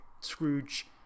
Scrooge